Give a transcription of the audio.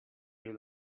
you